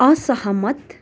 असहमत